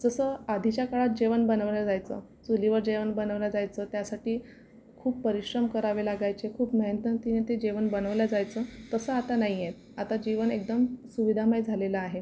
जसं आधीच्या काळात जेवण बनवलं जायचं चुलीवर जेवण बनवलं जायचं त्यासाठी खूप परिश्रम करावे लागायचे खूप मेहनतीने ते जेवण बनवलं जायचं तसं आता नाही आहे आता जीवन एकदम सुविधामय झालेलं आहे